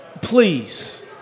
please